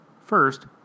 First